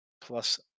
plus